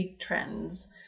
trends